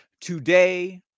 Today